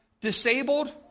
Disabled